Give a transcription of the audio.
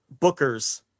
bookers